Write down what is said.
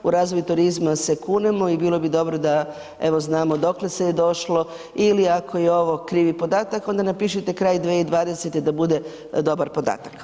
U razvoj turizma se kunemo i bilo bi dobro da evo znamo dokle se je došlo ili ako je ovo krivi podatak onda napišite kraj 2020. da bude dobar podatak.